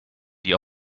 die